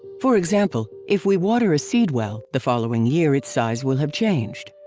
for example, if we water a seed well, the following year its size will have changed.